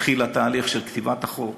התחיל התהליך של כתיבת החוק,